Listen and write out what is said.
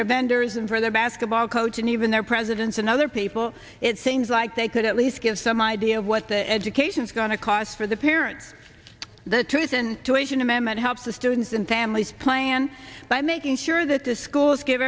their vendors and for their basketball coach and even their presidents and other people it seems like they could at least give some idea of what the education is going to cost for the parents the two thousand two asian amendment help the students and families plan by making sure that the schools give